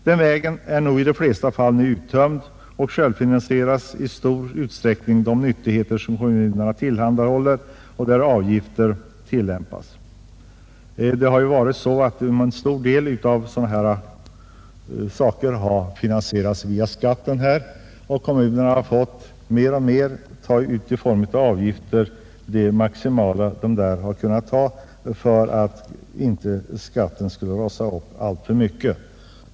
Denna väg är nog i de flesta fall nu stängd. I betydande utsträckning måste de nyttigheter som kommunerna tillhandahåller självfinansieras genom att avgifter uttas. En stor del av sådana utgifter har tidigare finansierats skattevägen, men kommunerna har alltmer kommit att bestrida kostnaderna genom en höjning av avgifterna, och denna höjning har blivit maximal för att inte skatten skall rasa upp alltför mycket.